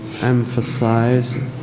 emphasize